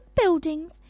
buildings